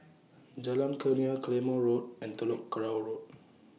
Jalan Kurnia Claymore Road and Telok Kurau Road